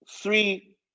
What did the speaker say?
three